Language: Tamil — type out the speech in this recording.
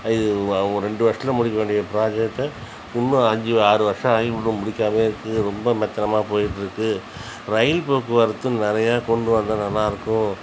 அது ஒரு ரெண்டு வருஷத்தில் முடிக்க வேண்டிய ப்ராஜெக்டை இன்னும் அஞ்சு ஆறு வருடம் ஆகியும் இன்னும் முடிக்காமலே இருக்குது ரொம்ப மெத்தனமாக போயிட்டிருக்கு ரயில் போக்குவரத்து நிறைய கொண்டு வந்தால் நல்லாயிருக்கும்